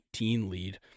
lead